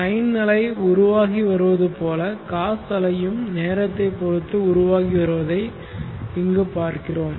sin அலை உருவாகி வருவது போலவே cos அலையும் நேரத்தை பொறுத்து உருவாகி வருவதை இங்கு பார்க்கிறோம்